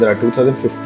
2015